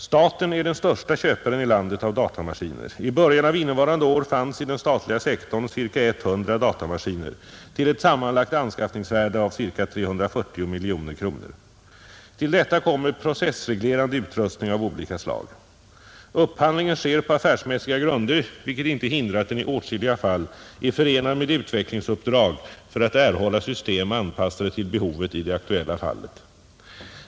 Staten är den störste köparen i landet av datamaskiner, I början av innevarande år fanns i den statliga sektorn ca 100 datamaskiner till ett sammanlagt anskaffningsvärde av ca 340 miljoner kronor, Till detta kommer processreglerande utrustning av olika slag. Upphandlingen sker på affärsmässiga grunder, vilket inte hindrar att den i åtskilliga fall är förenad med utvecklingsuppdrag för att erhålla system anpassade till behovet i det aktuella fallet.